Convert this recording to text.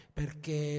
perché